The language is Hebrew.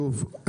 שוב,